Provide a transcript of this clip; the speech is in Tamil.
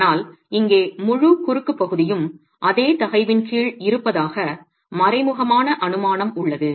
ஆனால் இங்கே முழு குறுக்கு பகுதியும் அதே தகைவின் கீழ் இருப்பதாக மறைமுகமான அனுமானம் உள்ளது